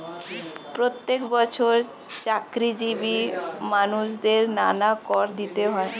প্রত্যেক বছর চাকরিজীবী মানুষদের নানা কর দিতে হয়